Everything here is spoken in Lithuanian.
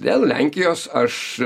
dėl lenkijos aš